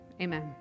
Amen